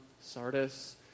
Sardis